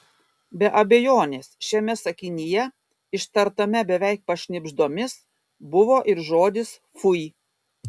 be abejonės šiame sakinyje ištartame beveik pašnibždomis buvo ir žodis fui